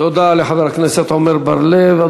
תודה לחבר הכנסת עמר בר-לב.